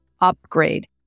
upgrade